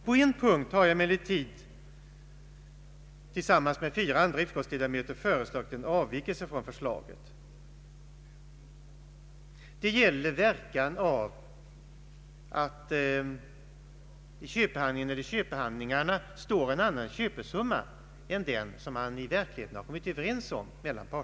På en punkt har jag emellertid tillsammans med fyra andra utskottsledamöter föreslagit en avvikelse från förslaget. Det gäller verkan av att i köpehandlingarna står en annan köpesum ma än den som parterna i verkligheten kommit överens om.